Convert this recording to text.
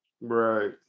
Right